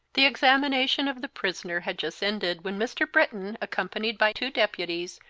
the examination of the prisoner had just ended when mr. britton, accompanied by two deputies,